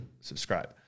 subscribe